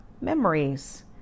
memories